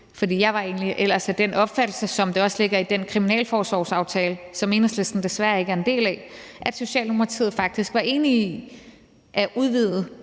var egentlig ellers af den opfattelse, som det også ligger i den kriminalforsorgsaftale, som Enhedslisten desværre ikke er en del af, at Socialdemokratiet faktisk var enige i den